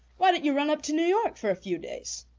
why don't you run up to new york for a few days?